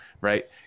right